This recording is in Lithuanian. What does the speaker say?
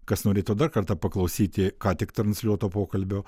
kas nori to dar kartą paklausyti ką tik transliuoto pokalbio